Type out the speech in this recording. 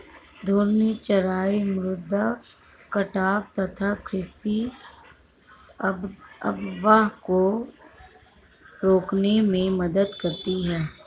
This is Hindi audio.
घूर्णी चराई मृदा कटाव तथा कृषि अपवाह को रोकने में मदद करती है